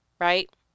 right